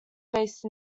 based